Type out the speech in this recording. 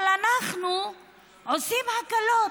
אבל אנחנו עושים הקלות,